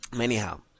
Anyhow